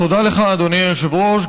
לך, אדוני היושב-ראש.